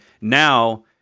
now